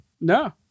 No